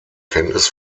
kenntnis